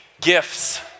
gifts